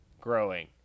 Growing